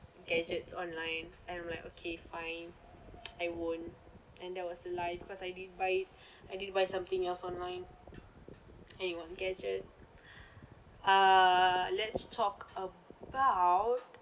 gadgets online I'm like okay fine I won't and that was a lie because I did buy I did buy something else online and it was gadget uh let's talk about